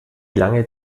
lange